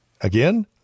again